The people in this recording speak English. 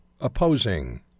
opposing